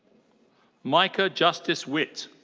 micah justice witt.